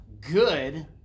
good